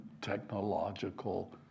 technological